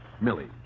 Millie